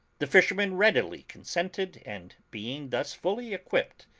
the fishermen readily consented and being thus fully equipped,